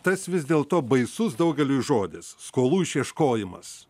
tas vis dėl to baisus daugeliui žodis skolų išieškojimas